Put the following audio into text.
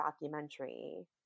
documentary